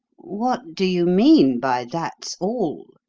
what do you mean by that's all?